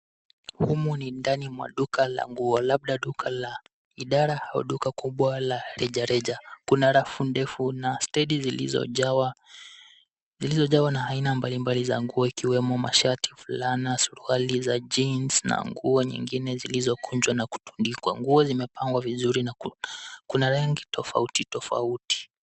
Humu ni ndani mwa duka la nguo, labda duka la idara au duka kubwa la rejareja. Kuna rafu ndefu na stendi zilizojawa na aina mbalimbali za nguo ikiwemo mashati, fulana, suruali za jeans na nguo nyingine zilizokunjwa na kutundikwa. Nguo zimepangwa vizuri na kuna rangi tofauti tofauti.